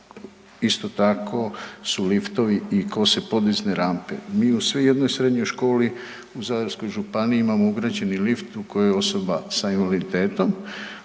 isto tako, su liftovi i kose podizne rampe. Mi u sve jednoj srednjoj školi u Zadarskoj županiji imamo ugrađeni lift u koji osoba s invaliditetom,